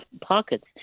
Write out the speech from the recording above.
pockets